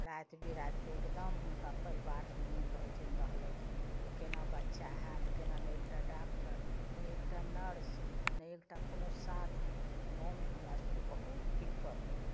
राति बिरातिके एकदम हुनका परिवारके मोन रहय छनि दहलैत जे केना बच्चा हैत केना ने एकटा डॉक्टर ने एकटा नर्स ने एकटा कोनो साधन गाँवमे हमरा सबके बहुत दिक्कत अइ